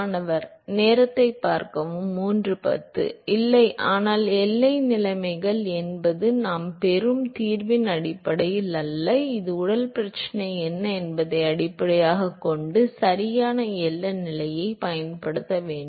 மாணவர் இல்லை ஆனால் எல்லை நிலைமைகள் என்பது நாம் பெறும் தீர்வின் அடிப்படையில் அல்ல இந்த உடல் பிரச்சனை என்ன என்பதை அடிப்படையாகக் கொண்டு சரியான எல்லை நிலையைப் பயன்படுத்த வேண்டும்